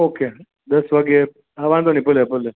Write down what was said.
okay દસ વાગ્યે હા વાંધો નઈ ભલે ભલે